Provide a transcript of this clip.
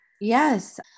Yes